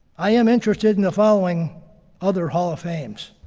i am interested in the following other hall of fames.